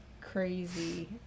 crazy